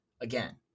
again